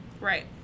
right